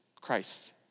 Christ